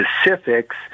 specifics